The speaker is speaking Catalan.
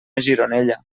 gironella